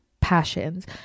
passions